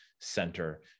center